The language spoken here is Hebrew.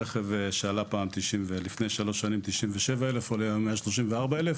רכב שעלה לפני שלוש שנים 97 אלף היום עולה 134 אלף